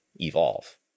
Evolve